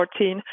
2014